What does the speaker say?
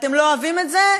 אתם לא אוהבים את זה?